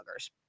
buggers